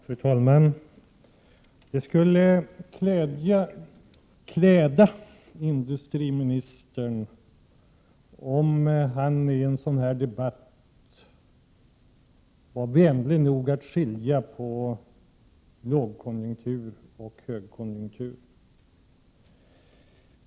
Fru talman! Det skulle kläda industriministern om han i en sådan här debatt var vänlig nog att skilja på lågkonjunktur och högkonjunktur.